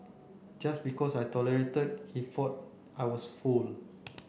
just because I tolerated he thought I was fool